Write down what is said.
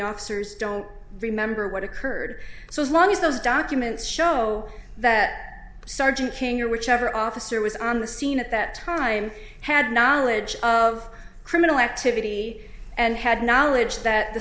officers don't remember what occurred so as long as those documents show that sergeant king or whichever officer was on the scene at that time had knowledge of criminal activity and had knowledge that the